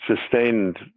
sustained